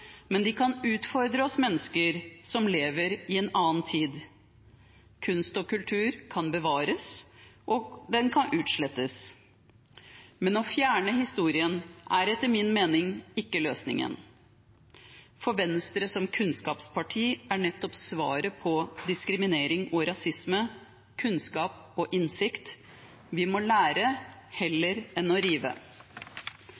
men kan utfordre oss mennesker som lever i en annen tid. Kunst og kultur kan bevares, og den kan utslettes, men å fjerne historien er etter min mening ikke løsningen. For Venstre som kunnskapsparti er svaret på diskriminering og rasisme nettopp kunnskap og innsikt. Vi må lære